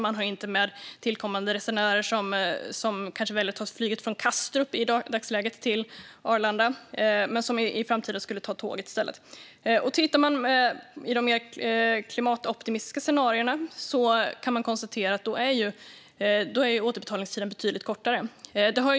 Man har inte tagit med att tillkommande resenärer som i dagsläget kanske väljer att ta flyget från Kastrup till Arlanda i framtiden i stället skulle ta tåget. Tittar man på de mer klimatoptimistiska scenarierna kan man konstatera att återbetalningstiden är betydligt kortare.